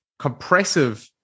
compressive